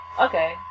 Okay